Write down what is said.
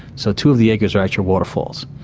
so two of the acres are actual waterfalls.